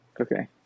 okay